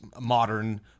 modern